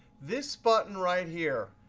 this button right here,